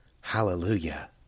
Hallelujah